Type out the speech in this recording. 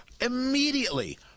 immediately